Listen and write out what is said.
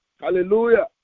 Hallelujah